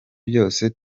byose